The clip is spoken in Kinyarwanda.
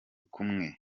kumwe